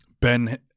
Ben